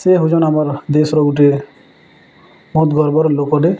ସେ ହଉଛନ୍ ଆମର୍ ଦେଶ୍ର୍ ଗୁଟେ ବହୁତ୍ ଗର୍ବର ଲୋକଟେ